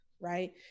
Right